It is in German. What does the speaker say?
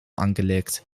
angelegt